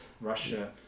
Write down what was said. Russia